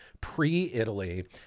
pre-italy